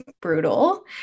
brutal